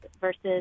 versus